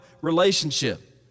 relationship